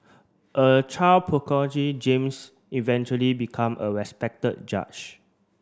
a child James eventually become a respected judge